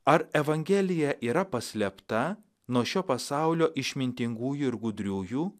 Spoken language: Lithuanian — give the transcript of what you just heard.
ar evangelija yra paslėpta nuo šio pasaulio išmintingųjų ir gudriųjų